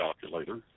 calculator